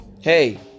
Hey